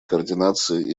координации